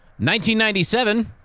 1997